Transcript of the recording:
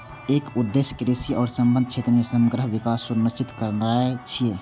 एकर उद्देश्य कृषि आ संबद्ध क्षेत्र मे समग्र विकास सुनिश्चित करनाय छियै